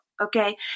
Okay